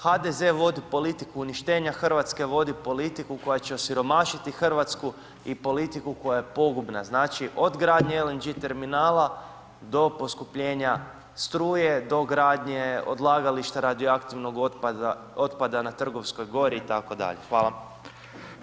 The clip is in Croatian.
HDZ vodi politiku uništenja, Hrvatska vodi politiku koja će osiromašiti Hrvatsku i politiku koja je pogubna, znači od gradnje LNG terminala do poskupljenja struje, do gradnje odlagališta radioaktivnog otpada na Trgovskoj gori itd.